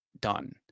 done